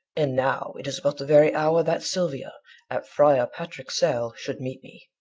and now it is about the very hour that silvia at friar patrick's cell should meet me.